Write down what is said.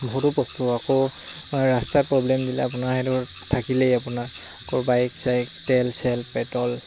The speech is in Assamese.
বহুতো বস্তু আকৌ ৰাস্তাত প্ৰব্লেম দিলে আপোনাৰ সেইটো থাকিলেই আপোনাৰ আকৌ বাইক চাইক তেল চেল পেট্ৰল